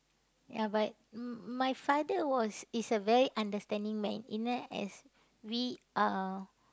ya but mm my father was is a very understanding man you know as we are